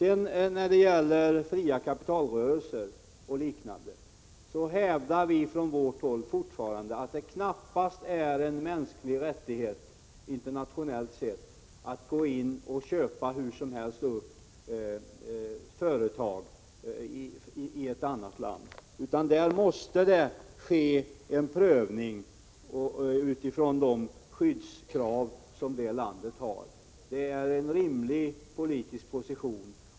I fråga om fria kapitalrörelser och liknande hävdar vi från vårt håll fortfarande att det knappast är en mänsklig rättighet internationellt sett att gå in och hur som helst köpa upp företag i ett annat land. Det måste ske en prövning utifrån de skyddskrav som det landet har. Det är en rimlig politisk position.